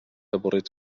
avorrits